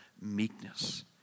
meekness